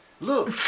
Look